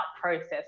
process